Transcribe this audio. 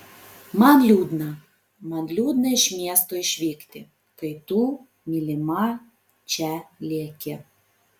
man liūdna man liūdna iš miesto išvykti kai tu mylima čia lieki